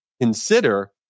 consider